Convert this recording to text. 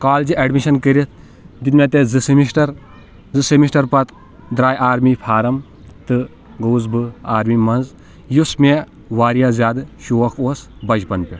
کالجہِ ایڈمِشَن کٔرِتھ دِتۍ مے تَتۍ زٕ سیمِسٹَر زٕ سیمِسٹَر پتہٕ درٛاے آرمی فارم تہٕ گووُس بہٕ آرمی منٛز یُس مے واریاہ زیادٕ شوق اوس بَچپَن پٮ۪ٹھ